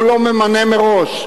הוא לא ממנה ראש.